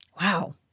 Wow